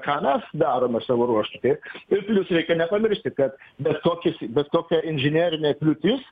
ką mes darome savo ruožtu taip ir plius reikia nepamiršti kad bet kokius bet kokia inžinerinė kliūtis